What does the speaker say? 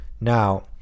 Now